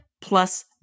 plus